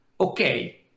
Okay